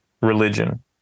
religion